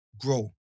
grow